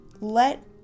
let